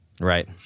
Right